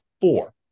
Four